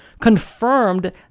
confirmed